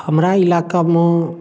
हमरा इलाकामे